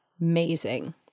amazing